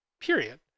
period